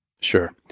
Sure